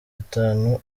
atanu